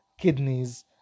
kidneys